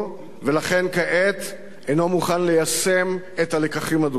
ולכן כעת אינו מוכן ליישם את הלקחים הדרושים.